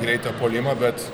bėga į greitą puolimą bet